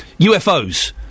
ufos